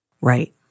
Right